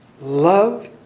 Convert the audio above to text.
love